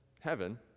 heaven